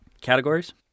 Categories